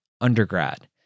undergrad